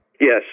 Yes